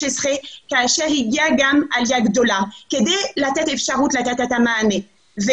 כאשר הגיעה גם עלייה גדולה כדי לתת אפשרות לתת את המענה.